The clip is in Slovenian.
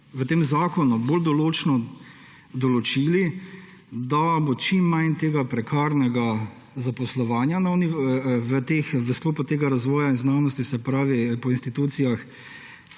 v tem zakonu bolj določno določili, da bo čim manj tega prekarnega zaposlovanja v sklopu tega razvoja in znanosti po institucijah.